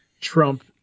Trump